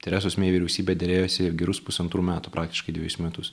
teresos mei vyriausybė derėjosi gerus pusantrų metų praktiškai dvejus metus